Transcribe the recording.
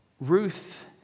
Ruth